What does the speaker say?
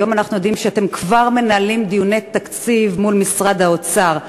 היום אנחנו יודעים שאתם כבר מנהלים דיוני תקציב מול משרד האוצר.